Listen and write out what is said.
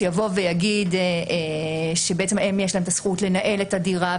שיבוא ויגיד שיש להם זכות לנהל את הדירה,